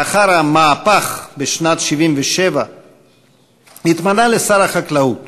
לאחר המהפך בשנת 1977 התמנה לשר החקלאות